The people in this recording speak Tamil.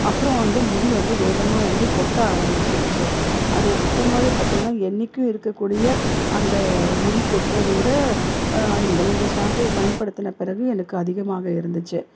அப்பறம் வந்து முடி வந்து வேகமாக வந்து கொட்ட ஆரம்பிச்சிடுச்சு அது சுத்தமாகவே பார்த்திங்கன்னா என்றைக்கும் இருக்கக்கூடிய அந்த முடி கொட்டுறதோட அந்த இந்த ஷாம்புவை பயன்படுத்தின பிறகு எனக்கு அதிகமாகவே இருந்துச்சு